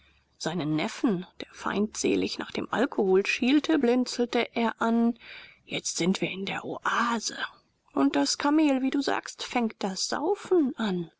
seinen neffen der feindselig nach dem alkohol schielte blinzelte er an jetzt sind wir in der oase und das kamel wie du sagst fängt das saufen an